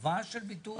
לחייב אנשים לעשות ביטוח?